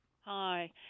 Hi